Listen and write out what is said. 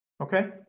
okay